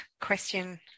question